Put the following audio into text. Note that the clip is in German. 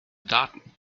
daten